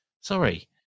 Sorry